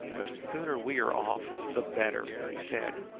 the sooner we are off the better! he said.